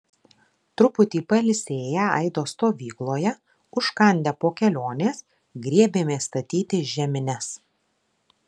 truputį pailsėję aido stovykloje užkandę po kelionės griebėmės statyti žemines